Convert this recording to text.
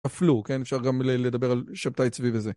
אפלו, כן? אפשר גם לדבר על שבתאי צבי וזה.